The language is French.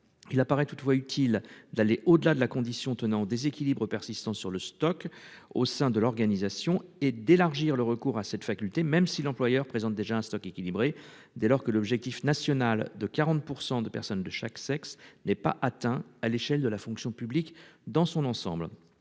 il apparaît toutefois utile d'aller au-delà de la condition tenant déséquilibre persistant sur le stock au sein de l'organisation et d'élargir le recours à cette faculté, même si l'employeur présente déjà un stock équilibré dès lors que l'objectif national de 40% de personnes de chaque sexe n'est pas atteint à l'échelle de la fonction publique dans son ensemble